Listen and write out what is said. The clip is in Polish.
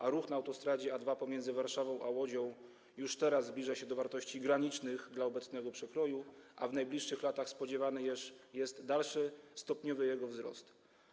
A ruch na autostradzie A2 pomiędzy Warszawą a Łodzią już teraz zbliża się do wartości granicznych dla obecnego przekroju, a w najbliższych latach spodziewany jest dalszy stopniowy jego wzrost.